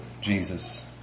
Jesus